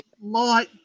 light